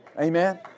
Amen